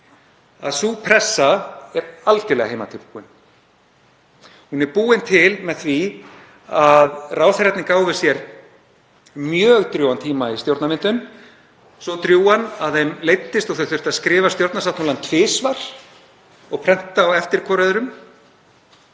en sú pressa er algjörlega heimatilbúin. Hún er búin til með því að ráðherrarnir gáfu sér mjög drjúgan tíma í stjórnarmyndun, svo drjúgan að þeim leiddist og það þurfti að skrifa stjórnarsáttmálann tvisvar og prenta hvorn á eftir öðrum.